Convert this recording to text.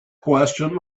question